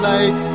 Light